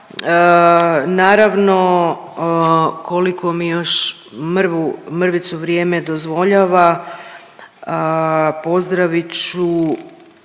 Naravno koliko mi još mrvu, mrvicu vrijeme dozvoljava pozdravit